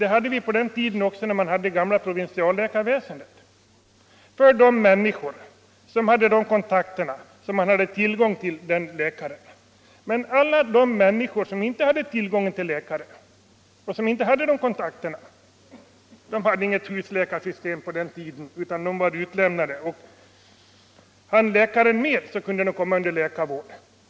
Det hade man också på den tiden då det gamla privinsialläkarväsendet fanns — dvs. de människor som hade sådana kontakter att de hade tillgång till den läkaren. Men alla de människor som inte hade tillgång till läkare, som inte hade de kontakterna, de hade inget husläkarsystem på den tiden utan de var utlämnade. Hann läkaren med kunde de komma under läkarvård.